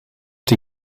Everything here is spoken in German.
die